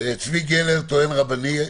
צבי קלר, טוען רבני,